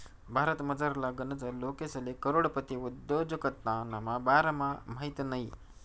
भारतमझारला गनच लोकेसले करोडपती उद्योजकताना बारामा माहित नयी